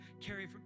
carry